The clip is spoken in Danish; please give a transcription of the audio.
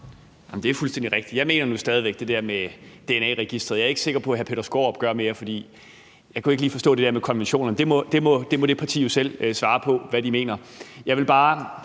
Det er fuldstændig rigtigt. Jeg mener nu stadig væk det der med dna-registeret. Jeg er ikke sikker på, at hr. Peter Skaarup gør det mere, for jeg kunne ikke lige forstå det der med konventionerne; men det parti må jo selv svare på, hvad de mener.